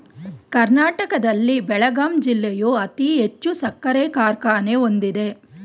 ಕರ್ನಾಟಕದಲ್ಲಿ ಬೆಳಗಾಂ ಜಿಲ್ಲೆಯು ಅತಿ ಹೆಚ್ಚು ಸಕ್ಕರೆ ಕಾರ್ಖಾನೆ ಹೊಂದಿದೆ